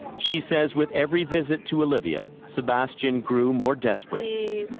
she says with every visit to olivia, sebastian grew more desperate.